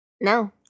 No